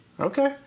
Okay